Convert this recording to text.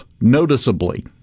noticeably